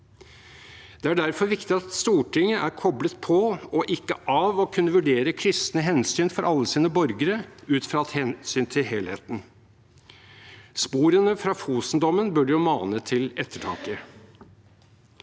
Det er derfor viktig at Stortinget er koblet på – og ikke av – for å kunne vurdere kryssende hensyn for alle sine borgere, ut fra hensynet til helheten. Sporene fra Fosen-dommen burde mane til ettertanke.